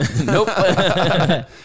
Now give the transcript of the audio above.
Nope